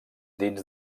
dins